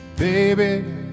Baby